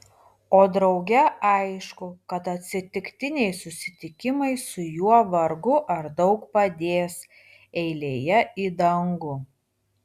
o drauge aišku kad atsitiktiniai susitikimai su juo vargu ar daug padės eilėje į dangų